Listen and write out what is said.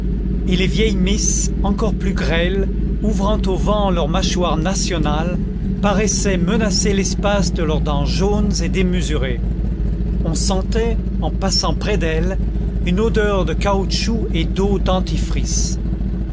et les vieilles misses encore plus grêles ouvrant au vent leur mâchoire nationale paraissaient menacer l'espace de leurs dents jaunes et démesurées on sentait en passant près d'elles une odeur de caoutchouc et d'eau dentifrice